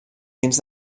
dins